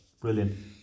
Brilliant